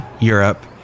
Europe